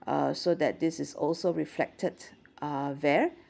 uh so that this is also reflected uh there